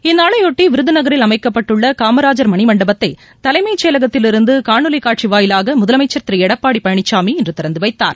இந்நாளையொட்டி விருதநகரில் அமைக்கப்பட்டுள்ள காமராஜர் மணிமண்டபத்தை தலைமை செயலகத்தில் இருந்து காணொலி காட்சி வாயிலாக முதலமைச்சர் திரு எடப்பாடி பழனிசாமி இன்று திறந்து வைத்தார்